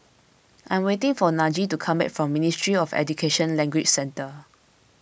I am waiting for Najee to come back from Ministry of Education Language Centre